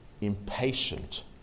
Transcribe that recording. impatient